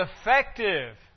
effective